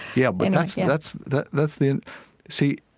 yeah but and that's that's the that's the see,